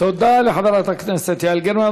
תודה לחברת הכנסת יעל גרמן.